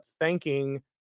thanking